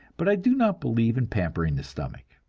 but i do not believe in pampering the stomach.